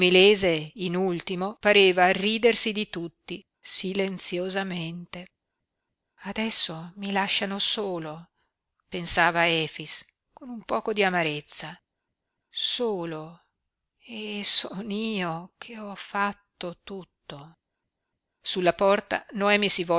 in ultimo pareva ridersi di tutti silenziosamente adesso mi lasciano solo pensa efix con un poco di amarezza solo e son io che ho fatto tutto sulla porta noemi si